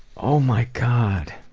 oh my god.